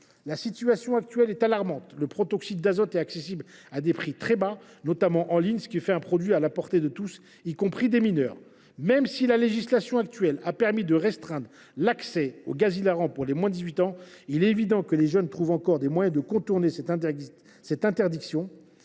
La situation actuelle est alarmante : le protoxyde d’azote est accessible à des prix très bas, notamment en ligne, ce qui en fait un produit à la portée de tous, y compris des mineurs. Même si la législation actuelle a permis de restreindre l’accès au gaz hilarant pour les moins de 18 ans, il est évident que les jeunes trouvent encore des moyens de contourner cette interdiction.